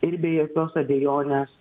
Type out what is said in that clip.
ir be jokios abejonės